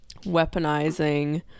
weaponizing